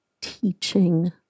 teaching